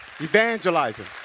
Evangelizing